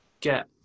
get